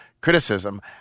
criticism